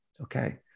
okay